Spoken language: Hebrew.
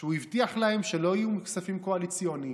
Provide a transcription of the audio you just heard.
שהוא הבטיח להם שלא יהיו כספים קואליציוניים,